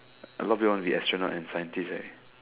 a lot of people want to be astronaut and scientist right